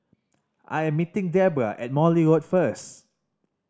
I am meeting Debbra at Morley Road first